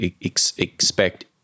expect